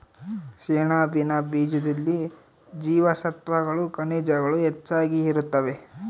ಸೆಣಬಿನ ಬೀಜದಲ್ಲಿ ಜೀವಸತ್ವಗಳು ಖನಿಜಗಳು ಹೆಚ್ಚಾಗಿ ಇರುತ್ತವೆ